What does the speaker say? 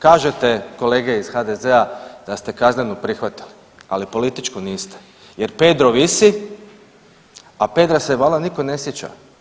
Kažete, kolege iz HDZ-a, da ste kaznenu prihvatili, ali političku niste jer Pedro visi, a Pedra se valjda nitko ne sjeća.